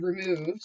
removed